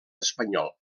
espanyol